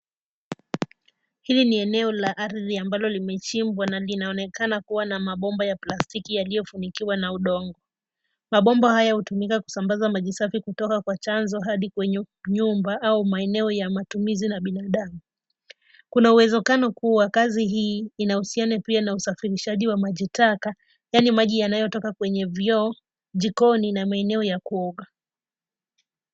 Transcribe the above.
Hili ni eneo la ardhi ambalo limechimbwa na linaonekana kuwa na mabomba ya plastiki yaliyofunikiwa na udongo. Mabomba haya hutumika kusambaza maji safi kutoka kwa chanzo hadi kwenye nyumba au maeneo ya matumizi na binadamu. Kuna uwezekano kuwa kazi hii inahusiana pia na usafirishaji wa maji taka, yaani maji yanayotoka kwenye vyoo, jikoni na maeneo ya kuoga.